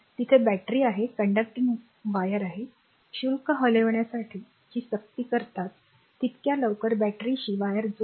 तिथे बॅटरी आहे conducting wire wire आहे शुल्क हलविण्यासाठी सक्ती करताच तितक्या लवकर बॅटरीशी वायर जोडले